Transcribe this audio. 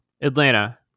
Atlanta